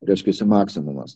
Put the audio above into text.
reiškiasi maksimumas